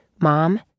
Mom